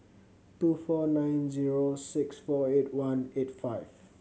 two four nine zero six four eight one eight five